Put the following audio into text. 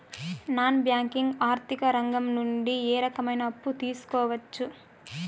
Non banking ఆర్థిక రంగం నుండి ఏ రకమైన అప్పు తీసుకోవచ్చు?